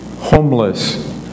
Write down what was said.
homeless